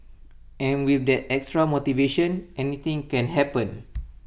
and with that extra motivation anything can happen